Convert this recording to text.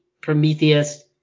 Prometheus